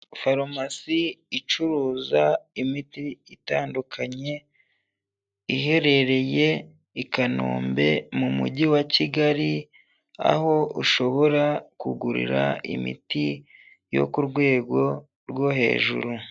Farumasi icuruza imiti itandukanye, iherereye i Kanombe mu Mujyi wa Kigali, aho ushobora kugurira imiti yo ku rwego rwo hejuru.